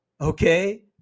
okay